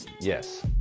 yes